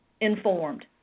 informed